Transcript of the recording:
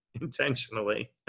intentionally